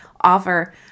offer